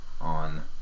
on